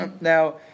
Now